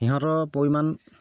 সিহঁতৰ পৰিমাণ